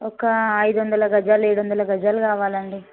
ఒక ఐదు వందల గజాలు ఏడు వందల గజాలు కావాలి అండి